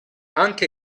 anche